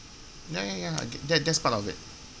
ya ya ya that that's part of it